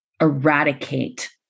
eradicate